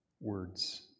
words